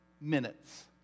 minutes